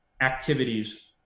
activities